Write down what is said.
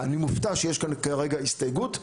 אני מופתע שיש כאן כרגע הסתייגות,